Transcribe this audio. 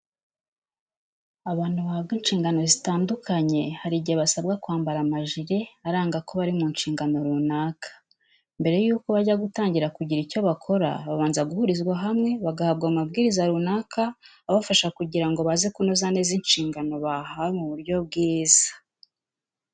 Abantu bahabwa inshingano zitandukanye hari igihe basabwa kwambara amajiri aranga ko bari mu nshingano runaka. Mbere y'uko bajya gutangira kugira icyo bakora babanza guhurizwa hamwe bagahabwa amabwiriza runaka abafasha kugirango baze kunoza inshingano bahawe mu buryo bwiza.